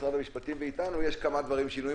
משרד המשפטים ואיתנו יש כמה שינויים,